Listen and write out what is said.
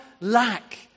lack